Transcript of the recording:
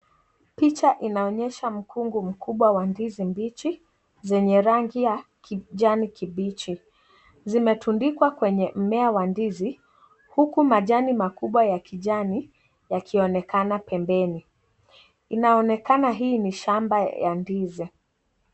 Picha inaonyesha mkungu mkubwa wa ndizi mbichi zenye rangi ya kijani kibichi. Zimetundikwa kwenye mmea wa ndizi huku majani kubwa ya kijani yakionekana pembeni. Inaonekana hii ni shamba ya ndizi.